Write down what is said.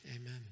Amen